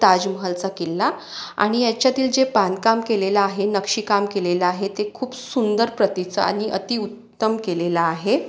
ताजमहालचा किल्ला आणि याच्यातील जे बांधकाम केलेलं आहे नक्षीकाम केलेलं आहे ते खूप सुंदर प्रतीचं आणि अतिउत्तम केलेलं आहे